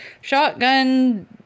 Shotgun